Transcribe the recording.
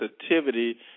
sensitivity